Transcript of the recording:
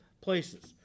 places